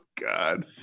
God